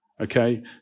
Okay